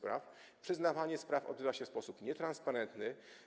Przyznawanie spraw odbywa się w sposób nietransparentny.